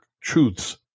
truths